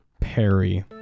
Perry